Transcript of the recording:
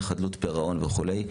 חדלות פירעון וכולי,